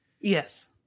Yes